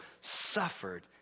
suffered